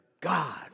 God